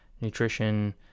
nutrition